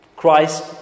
Christ